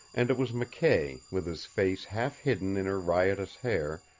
and it was mckay, with his face half hidden in her riotous hair,